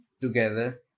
together